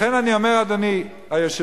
לכן אני אומר, אדוני היושב-ראש,